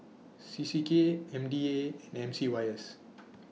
C C K M D A and M C Y S